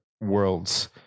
worlds